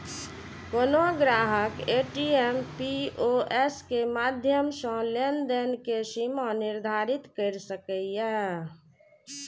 कोनो ग्राहक ATM, POS के माध्यम सं लेनदेन के सीमा निर्धारित कैर सकैए